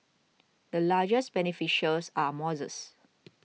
the largest beneficiaries are